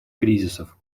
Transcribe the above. кризисов